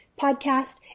podcast